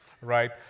right